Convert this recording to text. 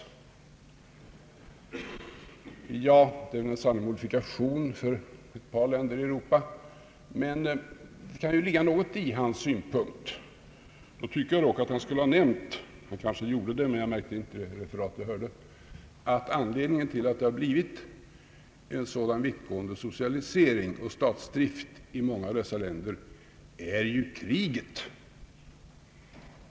Detta är väl en sanning med modifikation för ett par länder i Europa, men det kan ju ligga någonting i hans synpunkt. Jag tycker dock att han skulle ha nämnt — han kanske gjorde det fastän jag inte märkte det i det referat som jag hörde — att anledningen till att det har blivit en sådan vittgående socialisering och statsdrift i många av dessa länder ju är kriget.